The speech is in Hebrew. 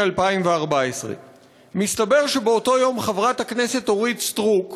2014. מסתבר שבאותו יום חברת הכנסת אורית סטרוק,